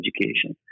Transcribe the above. education